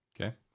Okay